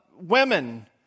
women